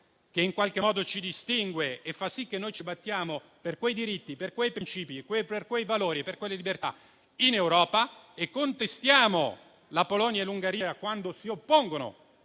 che in qualche modo ci distingue e fa sì che ci battiamo per quei diritti, per quei principi, per quei valori e per quelle libertà in Europa e contestiamo la Polonia e l'Ungheria, quando si oppongono